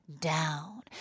down